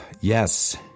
Yes